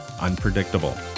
unpredictable